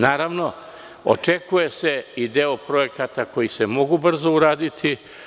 Naravno, očekuje se i deo projekata koji se mogu brzo uraditi.